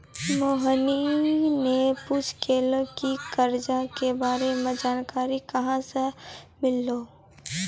मोहिनी ने पूछलकै की करजा के बारे मे जानकारी कहाँ से मिल्हौं